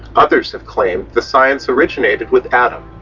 others have claimed the science originated with adam,